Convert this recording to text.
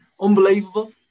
unbelievable